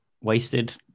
Wasted